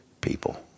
people